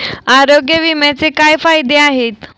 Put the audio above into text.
आरोग्य विम्याचे काय फायदे आहेत?